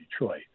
Detroit